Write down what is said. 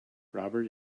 robert